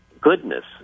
goodness